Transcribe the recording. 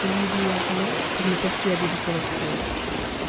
et il n'oublia pour me persuader d'y correspondre